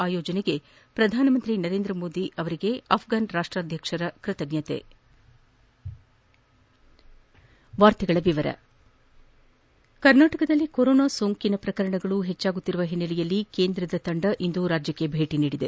ಆಯೋಜನೆಗೆ ಪ್ರಧಾನಮಂತ್ರಿ ನರೇಂದ್ರ ಮೋದಿಗೆ ಅಫ್ಟನ್ ರಾಷ್ಟಾಧ್ಯಕ್ಷರ ಕೃತಜ್ಞತೆ ಕರ್ನಾಟಕದಲ್ಲಿ ಕೊರೋನಾ ಸೋಂಕು ಪ್ರಕರಣಗಳು ಹೆಚ್ಚಾಗುತ್ತಿರುವ ಹಿನ್ನೆಲೆಯಲ್ಲಿ ಕೇಂದ್ರೀಯ ತಂದ ಇಂದು ರಾಜ್ಯಕ್ಕೆ ಭೇಟಿ ನೀಡಿದೆ